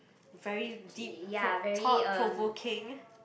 very deep pro~ thought provoking